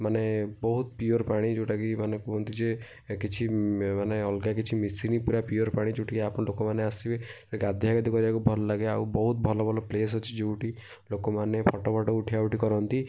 ମାନେ ବହୁତ ପିଓର୍ ପାଣି ଯେଉଁଟା କି ମାନେ କୁହନ୍ତି ଯେ ଏ କିଛି ମାନେ ଅଲଗା କିଛି ମିଶିନି ପୂରା ପିଓର୍ ପାଣି ଯେଉଁଠି କି ଆପଣ ଲୋକମାନେ ଆସିବେ ଗାଧାଗାଧି କରିବାକୁ ଭଲ ଲାଗେ ଆଉ ବହୁତ ଭଲ ଭଲ ପ୍ଲେସ୍ ଅଛି ଯେଉଁଠି ଲୋକମାନେ ଫଟୋ ଫଟ ଉଠାଇବା ଉଠି କରନ୍ତି